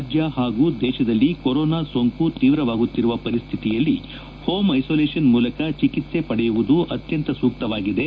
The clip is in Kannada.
ರಾಜ್ಯ ಹಾಗೂ ದೇಶದಲ್ಲಿ ಕೊರೋನಾ ಸೋಂಕು ತೀವ್ರವಾಗುತ್ತಿರುವ ಪರಿಸ್ಟಿತಿಯಲ್ಲಿ ಹೋಂ ಐಸೋಲೇಷನ್ ಮೂಲಕ ಚಿಕಿತ್ಸೆ ಪಡೆಯವುದು ಅತ್ಯಂತ ಸೂಕ್ತವಾಗಿದೆ